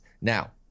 now